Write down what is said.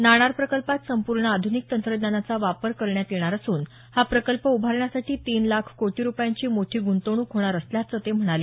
नाणार प्रकल्पात संपूर्ण आध्निक तंत्रज्ञानाचा वापर करण्यात येणार असून हा प्रकल्प उभारण्यासाठी तीन लाख कोटी रुपयांची मोठी ग्रंतवणूक होणार असल्याचं ते म्हणाले